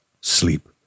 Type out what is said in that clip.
Sleep